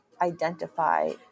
identify